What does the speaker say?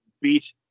beat